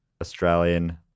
Australian